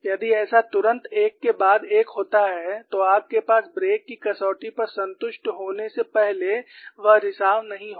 यदि ऐसा तुरंत एक के बाद एक होता है तो आपके पास ब्रेक की कसौटी पर संतुष्ट होने से पहले वह रिसाव नहीं होगा